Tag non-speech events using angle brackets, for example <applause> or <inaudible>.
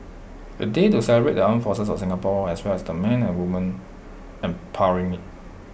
A day to celebrate the armed forces of Singapore as well as the men and women <hesitation> powering IT